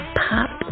pop